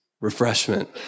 refreshment